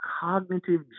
cognitive